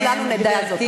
וכדאי שכולנו נדע זאת.